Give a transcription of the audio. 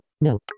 No